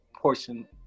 portion